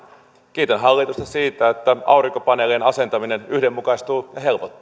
kiitän hallitusta siitä että aurinkopaneelien asentaminen yhdenmukaistuu